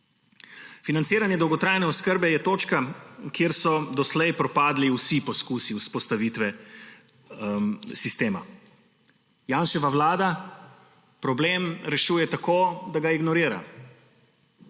Financiranje dolgotrajne oskrbe je točka, kjer so doslej propadli vsi poskusi vzpostavitve sistema. Janševa vlada problem rešuje tako, da ga ignorira.